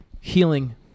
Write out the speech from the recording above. healing